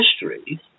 history